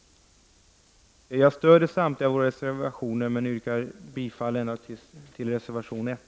Jag stöder samtliga våra reservationer men yrkar bifall endast till reservation 1.